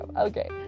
Okay